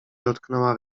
dotknęła